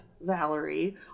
Valerie